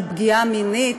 על פגיעה מינית,